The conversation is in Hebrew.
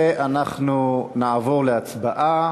אנחנו עוברים להצבעה